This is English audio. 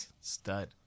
stud